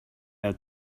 out